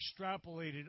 extrapolated